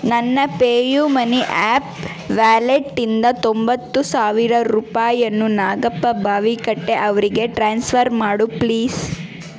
ನನ್ನ PayUmoney app ವ್ಯಾಲೆಟ್ಟಿಂದ ತೊಂಬತ್ತು ಸಾವಿರ ರೂಪಾಯಿಯನ್ನು ನಾಗಪ್ಪ ಬಾವಿಕಟ್ಟೆ ಅವರಿಗೆ ಟ್ರಾನ್ಸ್ಫರ್ ಮಾಡು ಪ್ಲೀಸ್